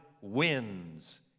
wins